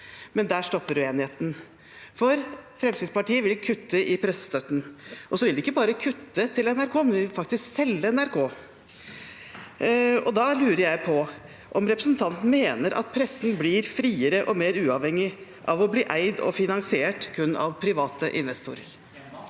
Men der stopper enigheten, for Fremskrittspartiet vil kutte i pressestøtten. Og de vil ikke bare kutte til NRK, de vil faktisk selge NRK. Da lurer jeg på om representanten mener at pressen blir friere og mer uavhengig av å bli eid og finansiert kun av private investorer.